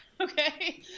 Okay